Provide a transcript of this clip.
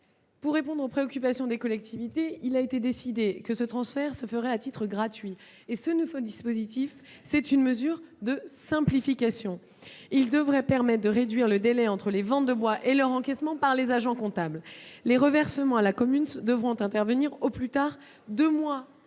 pour répondre aux préoccupations des collectivités, il a été décidé que ce transfert se ferait à titre gratuit. Ce nouveau dispositif constitue une mesure de simplification. Il devrait permettre de réduire le délai entre les ventes de bois et leur encaissement par les agents comptables. Les reversements à la commune devront intervenir au plus tard deux mois